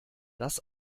das